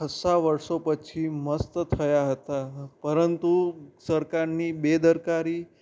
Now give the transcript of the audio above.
ખાસ્સા વર્ષો પછી મસ્ત થયા હતા પરંતુ સરકારની બેદરકારી